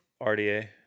RDA